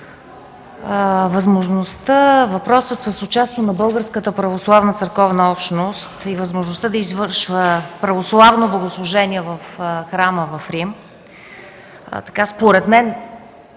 възможността въпросът с участието на Българската православна църковна общност и възможността да извършва православно благослужение в храма в Рим според мен